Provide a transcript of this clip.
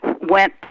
went